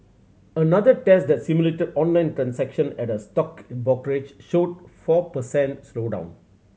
another test that simulated online transaction at a stock brokerage showed four per cent slowdown